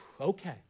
Okay